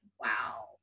wow